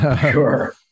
Sure